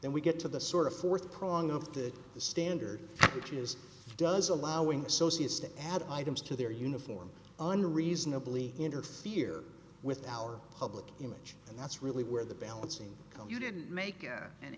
then we get to the sort of fourth prong of the the standard which is does allowing associates to add items to their uniform unreasonably interfere with our public image and that's really where the balancing come you didn't make an